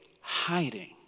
hiding